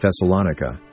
Thessalonica